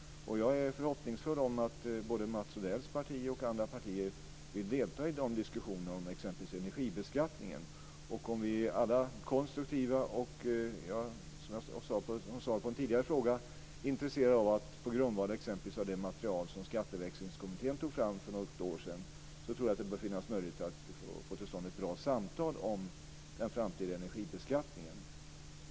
Jag är förhoppningsfull om att både Mats Odells parti och andra partier vill delta i de diskussionerna om exempelvis energibeskattningen. Om vi alla är konstruktiva och - som jag sade som svar på en tidigare fråga - intresserade av att på grundval av exempelvis det material som Skatteväxlingskommittén tog fram för något år sedan, tror jag att det bör finnas möjlighet att få till stånd ett bra samtal om den framtida energibeskattningen.